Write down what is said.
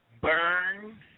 burn